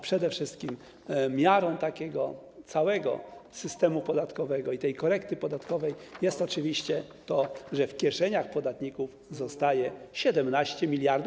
Przede wszystkim miarą całego systemu podatkowego i tej korekty podatkowej jest oczywiście to, że w kieszeniach podatników zostaje 17 mld.